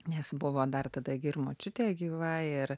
nes buvo dar tada gi ir močiutė gyva ir